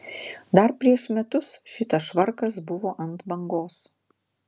dar prieš metus šitas švarkas buvo ant bangos